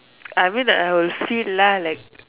I mean like I will feel lah like